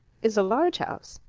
is a large house.